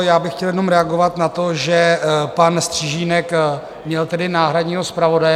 Já bych chtěl jenom reagovat na to, že pan Stržínek měl náhradního zpravodaje.